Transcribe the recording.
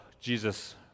Jesus